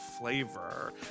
flavor